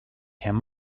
him